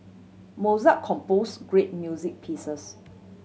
Mozart compose great music pieces